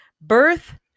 Birth